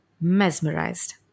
mesmerized